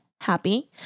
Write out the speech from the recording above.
happy